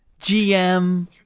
GM